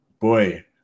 Boy